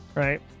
Right